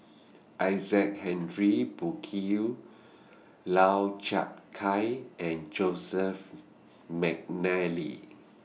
Isaac Henry Burkill Lau Chiap Khai and Joseph Mcnally